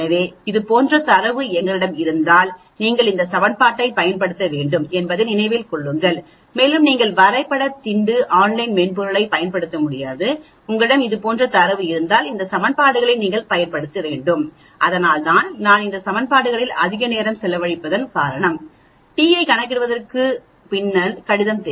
எனவே இது போன்ற தரவு எங்களிடம் இருந்தால் நீங்கள் இந்த சமன்பாடுகளை பயன்படுத்த வேண்டும் என்பதை நினைவில் கொள்ளுங்கள் மேலும் நீங்கள் வரைபட திண்டு ஆன்லைன் மென்பொருளையும் பயன்படுத்த முடியாது உங்களிடம் இது போன்ற தரவு இருந்தால் இந்த சமன்பாடுகளை நீங்கள் பயன்படுத்த வேண்டும் அதனால்தான் நான் இந்த சமன்பாடுகளில் அதிக நேரம் செலவழிப்பதன் மூலம் நீங்கள் அடிப்படை பற்றி ஒரு யோசனை பெறுவீர்கள் t ஐ கணக்கிடுவதற்கு பின்னால் கணிதம்